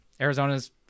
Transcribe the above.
Arizona's